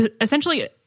essentially